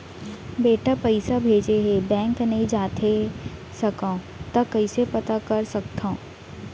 बेटा पइसा भेजे हे, बैंक नई जाथे सकंव त कइसे पता कर सकथव?